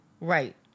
Right